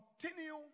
continue